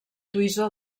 toisó